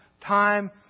time